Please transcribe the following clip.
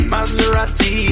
Maserati